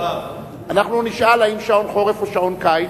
אנחנו נשאל האם שעון חורף או שעון קיץ,